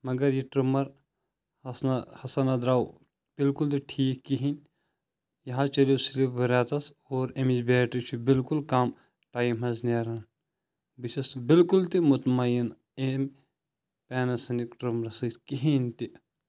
مگر یہِ ٹٕرٛمَر ہسنا ہسا نہ درٛاو بِلکُل تہِ ٹھیٖک کِہیٖنۍ یہِ حَظ چَلیو صِرِف رٮ۪تَس اور اَمِچ بیٹری چھِ بِلکُل کَم ٹایِم حَظ نیران بہٕ چھُس بِالکُل تہِ مُطمَیِن أمۍ پیناسونِک ٹٕرٛمرٕ سۭتۍ کِہیٖنۍ تہِ